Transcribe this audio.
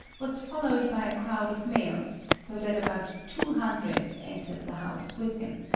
was followed by a crowd of males, so that about two hundred entered the house with him.